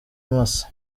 masa